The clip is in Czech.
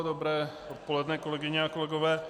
Dobré odpoledne, kolegyně a kolegové.